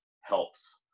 helps